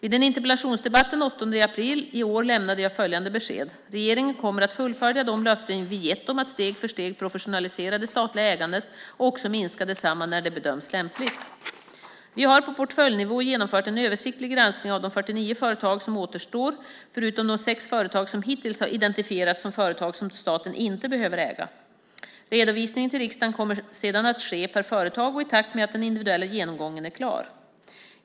I en interpellationsdebatt den 8 april i år lämnade jag följande besked: Regeringen kommer att fullfölja de löften vi gett om att steg för steg professionalisera det statliga ägandet och också minska detsamma när det bedöms lämpligt. Vi har på portföljnivå genomfört en översiktlig granskning av de 49 företag som återstår förutom de sex företag som hittills har identifierats som företag som staten inte behöver äga. Redovisningen till riksdagen kommer sedan att ske per företag och i takt med att den individuella genomgången är klar.